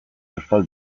euskal